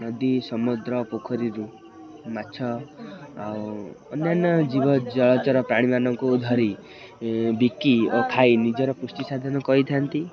ନଦୀ ସମୁଦ୍ର ପୋଖରୀରୁ ମାଛ ଆଉ ଅନ୍ୟାନ୍ୟ ଜୀବ ଜଳଚର ପ୍ରାଣୀମାନଙ୍କୁ ଧରି ବିକି ଓ ଖାଇ ନିଜର ପୃଷ୍ଟି ସାଧନ କରିଥାନ୍ତି